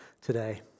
today